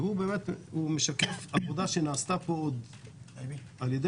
והוא משקף עבודה שנעשתה פה על ידי